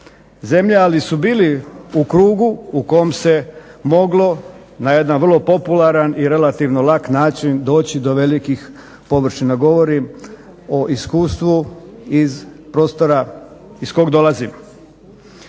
zemlje ali su bili u krugu u kom se moglo na jedan vrlo popularan i relativno lak način doći do velikih površina. Govorim o iskustvu iz prostora iz kog dolazim.